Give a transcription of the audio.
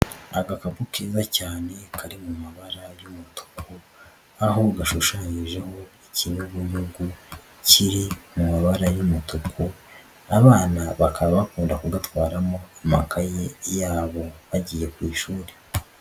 Agakapu keza cyane kari mu mabara y'umutuku aho gashushanyijeho ikinyugunyugu kiri mu mabara y'umutuku abana bakaba bakunda kugatwaramo amakaye yabo bagiye ku ishuri.